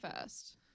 first